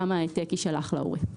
גם ההעתק יישלח להורה.